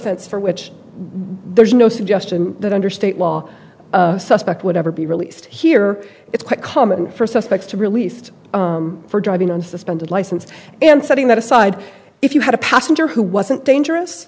fense for which there's no suggestion that under state law suspect would ever be released here it's quite common for suspects to released for driving on suspended license and setting that aside if you had a passenger who wasn't dangerous